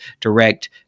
direct